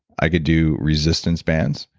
i can do resistance bands.